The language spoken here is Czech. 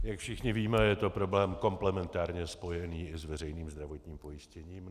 Jak všichni víme, je to problém komplementárně spojený i s veřejným zdravotním pojištěním.